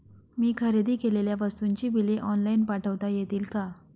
मी खरेदी केलेल्या वस्तूंची बिले ऑनलाइन पाठवता येतील का?